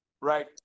right